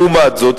לעומת זאת,